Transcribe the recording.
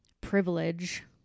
privilege